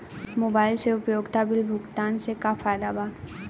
Mobile से उपयोगिता bill भुगतान से का फायदा बा?